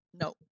no